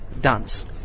dance